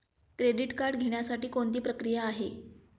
Credit card घेण्यासाठी कोणती प्रक्रिया आहे?